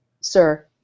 Sir